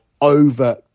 over